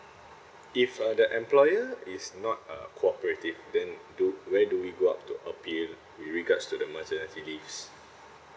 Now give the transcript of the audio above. if uh the employer is not uh cooperative then do where do we go out to appeal with regards to the maternity leaves